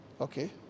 okay